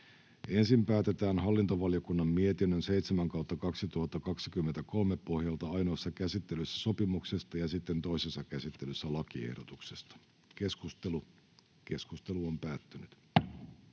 Ensin päätetään hallintovaliokunnan mietinnön HaVM 8/2023 vp pohjalta ainoassa käsittelyssä sopimuksesta ja sitten toisessa käsittelyssä lakiehdotuksista.